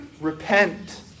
repent